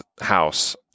house